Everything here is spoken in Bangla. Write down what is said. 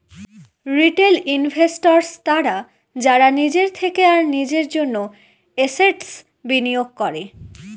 রিটেল ইনভেস্টর্স তারা যারা নিজের থেকে আর নিজের জন্য এসেটস বিনিয়োগ করে